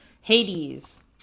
Hades